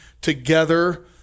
together